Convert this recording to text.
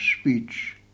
speech